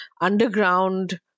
underground